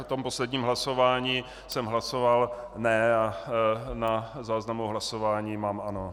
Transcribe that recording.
Při posledním hlasování jsem hlasoval ne, a na záznamu o hlasování mám ano.